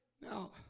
Now